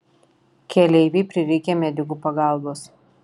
keleivei prireikė medikų pagalbos